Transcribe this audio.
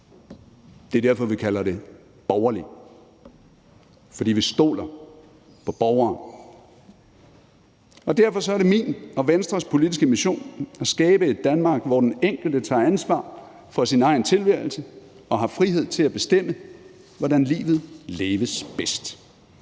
Det er derfor, at vi kalder det borgerligt. Vi stoler på borgeren. Derfor er det min og Venstres politiske mission at skabe et Danmark, hvor den enkelte tager ansvar for sin egen tilværelse og har frihed til at bestemme, hvordan livet leves bedst.